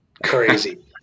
Crazy